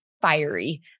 fiery